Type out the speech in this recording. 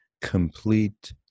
complete